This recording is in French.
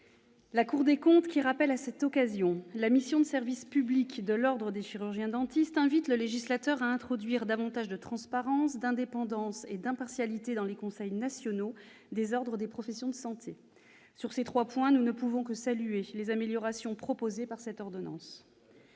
La Cour des comptes, qui rappelle à cette occasion la mission de service public de l'ordre des chirurgiens-dentistes, invite le législateur à introduire davantage de transparence, d'indépendance et d'impartialité dans les conseils nationaux des ordres des professions de santé. Sur ces trois points, nous ne pouvons que saluer les améliorations proposées dans cette ordonnance.